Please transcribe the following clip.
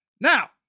Now